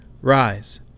Rise